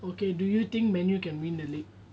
okay do you think man U can win the league